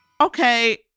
Okay